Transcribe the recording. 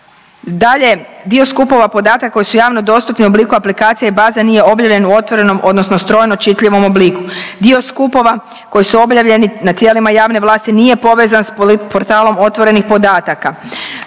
Dalje, dio skupova podataka koji su javno dostupni u obliku aplikacija i baza nije objavljen u otvorenom odnosno strojno čitljivom obliku. Dio skupova koji su objavljeni na tijelima javne vlasti nije povezan sa portalom otvorenih podataka.